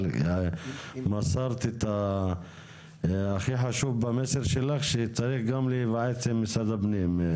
אבל מסרת את ההכי חשוב במסר שלך שצריך גם להיוועץ עם שמשרד הפנים.